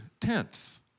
tenth